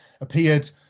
appeared